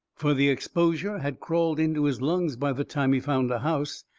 fur the exposure had crawled into his lungs by the time he found a house,